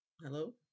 Hello